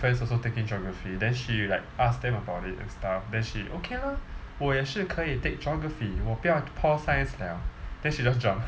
friends also taking geography then she like ask them about it and stuff then she okay lah 我也是可以 take geography 我不要 pol science liao then she just jump